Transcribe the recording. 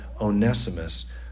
Onesimus